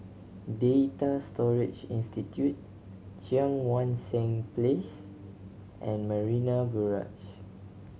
Data Storage Institute Cheang Wan Seng Place and Marina Barrage